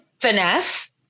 finesse